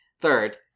third